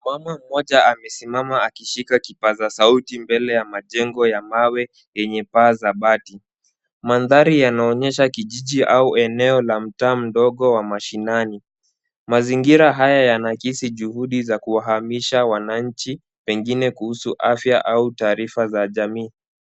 Mama mmoja amesimama akishika kipaza sauti mbele ya majengo ya mawe yenye paa za bati. Mandhari yanaonyesha kijiji au eneo la mtaa mdogo wa mashinani. Mazingira haya yanaakisi juhudi za kuhamisha wananchi pengine kuhusu afya au taarifa za jamii.